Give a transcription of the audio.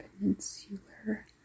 peninsular